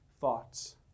thoughts